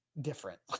different